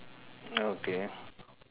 okay